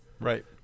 Right